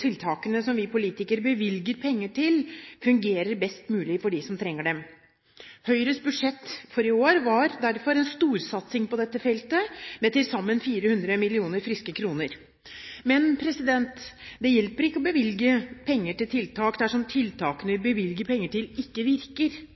tiltakene vi politikere bevilger penger til, fungerer best mulig for dem som trenger dem. Høyres budsjett i år var derfor en storsatsing på dette feltet, med til sammen 400 mill. friske kroner. Men det hjelper ikke å bevilge penger til tiltak dersom tiltakene vi bevilger penger til, ikke virker.